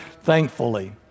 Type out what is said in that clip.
thankfully